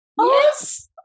Yes